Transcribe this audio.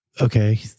okay